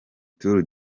turu